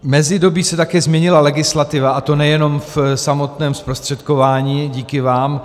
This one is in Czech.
V mezidobí se také změnila legislativa, a to nejenom v samotném zprostředkování, díky vám.